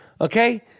okay